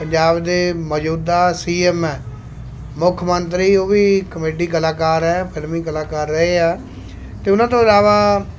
ਪੰਜਾਬ ਦੇ ਮੌਜੂਦਾ C M ਹੈ ਮੁੱਖ ਮੰਤਰੀ ਉਹ ਵੀ ਕਮੇਡੀ ਕਲਾਕਾਰ ਹੈ ਫ਼ਿਲਮੀ ਕਲਾਕਾਰ ਰਹੇ ਆ ਅਤੇ ਉਹਨਾਂ ਤੋਂ ਇਲਾਵਾ